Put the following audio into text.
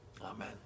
Amen